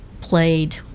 played